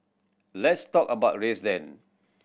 let's talk about race then